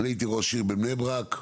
אני הייתי ראש עיר בבני ברק,